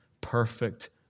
perfect